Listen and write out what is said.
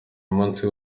umunsi